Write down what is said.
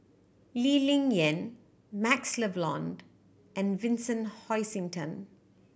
Lee Ling Yen MaxLe Blond and Vincent Hoisington